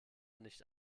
nicht